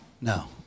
No